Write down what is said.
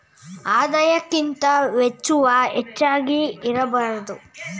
ಆದಾಯಕ್ಕಿಂತ ವೆಚ್ಚವು ಹೆಚ್ಚಾಗಿ ಇರಬಾರದು